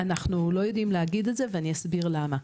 אנחנו לא יודעים להגיד את זה ואני אסביר למה.